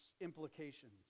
implications